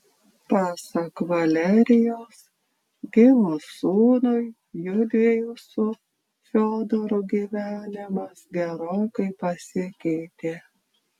pasak valerijos gimus sūnui judviejų su fiodoru gyvenimas gerokai pasikeitė